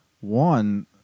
One